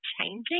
changing